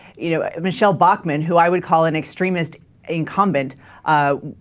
you know michelle bachman who i would call an extremist incumbent ah.